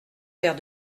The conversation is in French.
vers